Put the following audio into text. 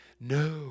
No